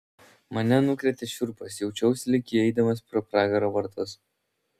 mane nukrėtė šiurpas jaučiausi lyg įeidama pro pragaro vartus